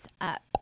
up